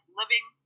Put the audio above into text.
living